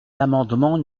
l’amendement